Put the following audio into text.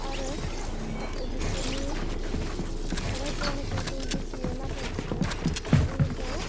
आरो बिसोरनि रायज्लायनायखौ जों बुजियो नाथाय बिसोरो जोंनिखौ